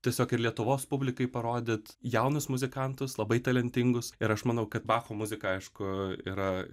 tiesiog ir lietuvos publikai parodyt jaunus muzikantus labai talentingus ir aš manau kad bacho muzika aišku yra